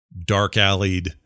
dark-alleyed